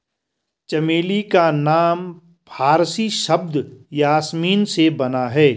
चमेली का नाम फारसी शब्द यासमीन से बना है